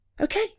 okay